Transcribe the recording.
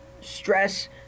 stress